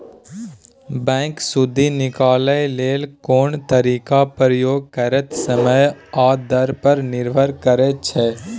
bank सुदि निकालय लेल कोन तरीकाक प्रयोग करतै समय आ दर पर निर्भर करै छै